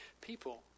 people